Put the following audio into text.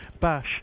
bash